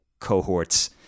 cohorts